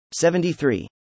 73